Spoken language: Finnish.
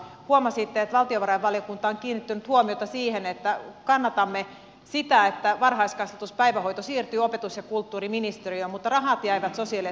huomasitte että valtiovarainvaliokunta on kiinnittänyt huomiota siihen että kannatamme sitä että varhaiskasvatuspäivähoito siirtyy opetus ja kulttuuriministeriöön mutta rahat jäivät sosiaali ja terveysministeriöön